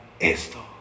esto